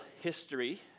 history